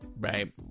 Right